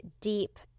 deep